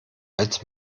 als